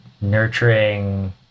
nurturing